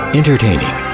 entertaining